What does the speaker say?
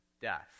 death